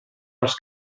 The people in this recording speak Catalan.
els